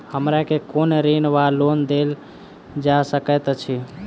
हमरा केँ कुन ऋण वा लोन देल जा सकैत अछि?